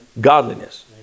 godliness